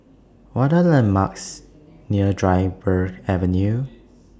What Are The landmarks near Dryburgh Avenue